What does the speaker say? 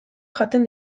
jaten